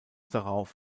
darauf